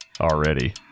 already